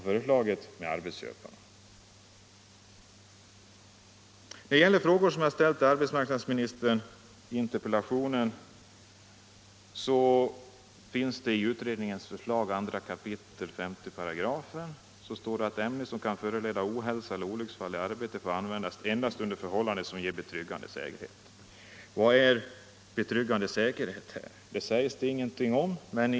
För att sedan övergå till de direkta frågor som jag ställt i interpellationen heter det i utredningens lagförslag 2 kap. 5 §: ”Ämne som kan föranleda ohälsa eller olycksfall i arbete får användas endast under förhållanden som ger betryggande säkerhet.” Vad är ”betryggande säkerhet”? Det talas det ingenting om i utredningens förslag.